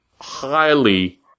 highly